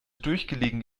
durchgelegen